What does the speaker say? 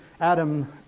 Adam